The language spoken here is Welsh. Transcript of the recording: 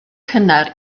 cynnar